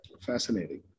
Fascinating